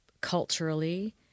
culturally